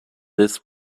this